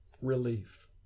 Relief